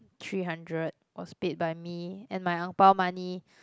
three hundred was paid by me and my ang pao money